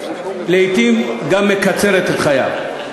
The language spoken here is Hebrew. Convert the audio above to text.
לעתים היא גם מקצרת את חייו.